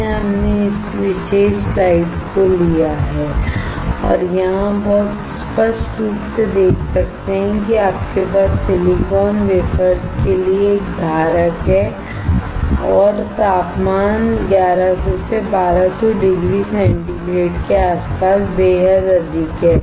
इसलिए हमने इस विशेष स्लाइड को लिया है और यहां आप बहुत स्पष्ट रूप से देख सकते हैं कि आपके पास सिलिकॉन वेफर्स के लिए एक धारक है और तापमान 1100 से 1200 डिग्री सेंटीग्रेड के आसपास बेहद अधिक है